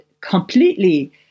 completely